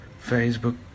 Facebook